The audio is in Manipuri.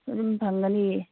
ꯑꯗꯨꯝ ꯐꯪꯒꯅꯤ